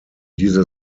diese